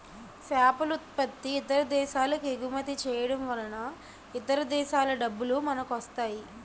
సేపలుత్పత్తి ఇతర దేశాలకెగుమతి చేయడంవలన ఇతర దేశాల డబ్బులు మనకొస్తాయి